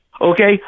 okay